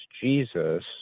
Jesus